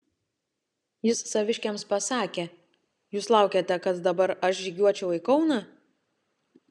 jis saviškiams pasakė jūs laukiate kad dabar aš žygiuočiau į kauną